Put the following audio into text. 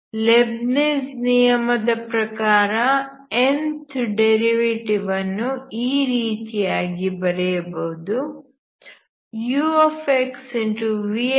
Leibniz ನಿಯಮ ದ ಪ್ರಕಾರ nth ಡೆರಿವೆಟಿವ್ ಅನ್ನುಈ ರೀತಿಯಾಗಿ ಬರೆಯಬಹುದು ux